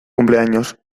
cumpleaños